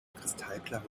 kristallklaren